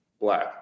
Black